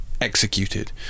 executed